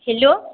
hello